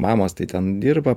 mamos tai ten dirba